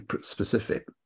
specific